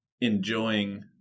enjoying